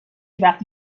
وقتی